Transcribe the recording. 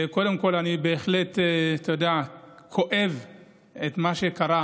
קודם כול, אתה יודע, אני בהחלט כואב את מה שקרה